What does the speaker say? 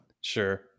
Sure